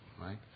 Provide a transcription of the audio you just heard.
right